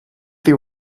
thy